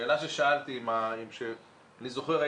השאלה ששאלתי אני זוכר,